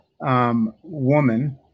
woman